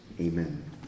Amen